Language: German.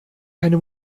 keine